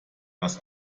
das